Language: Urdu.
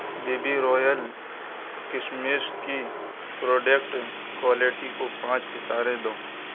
بیبی رویل کشمش کی پروڈکٹ کوالٹی کو پانچ ستارے دو